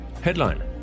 headline